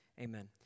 Amen